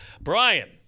Brian